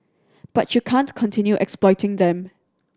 but you can't continue exploiting them